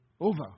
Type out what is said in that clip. over